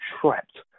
trapped